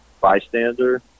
bystander